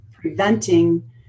preventing